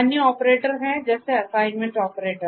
अन्य ऑपरेटर है जैसे असाइनमेंट ऑपरेटर